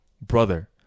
brother